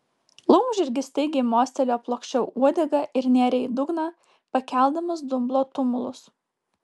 laumžirgis staigiai mostelėjo plokščia uodega ir nėrė į dugną pakeldamas dumblo tumulus